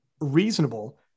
reasonable